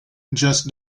just